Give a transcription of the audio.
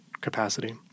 capacity